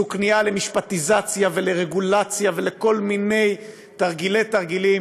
זאת כניעה למשפטיזציה ולרגולזציה ולכל מיני תרגילי-תרגילים.